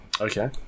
okay